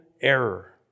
error